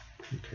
Okay